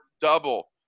double